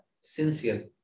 sincere